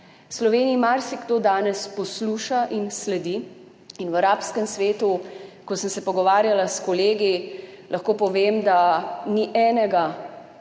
Sloveniji marsikdo danes posluša in sledi. V arabskem svetu, ko sem se pogovarjala s kolegi, lahko povem, da ni enega